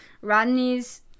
Rodney's